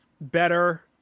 better